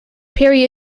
parry